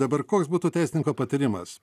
dabar koks būtų teisininko patarimas